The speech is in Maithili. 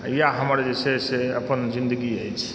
इएह हमर जे छै से अपन जिन्दगी अछि